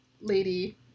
lady